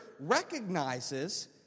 recognizes